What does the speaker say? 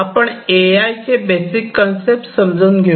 आपण A I चे basic concept समजून घेऊ